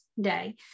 day